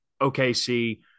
OKC